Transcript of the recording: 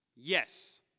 Yes